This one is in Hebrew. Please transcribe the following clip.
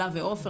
אלה ועופר.